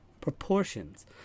proportions